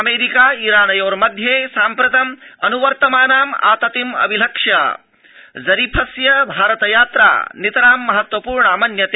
America ईरानयोर्मध्ये साम्प्रतमनुवर्तमानाम् आततिम् आलक्ष्य ज़रीफस्य भारत यात्रा नितरां महत्त्वपूर्णा मन्यते